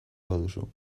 baduzu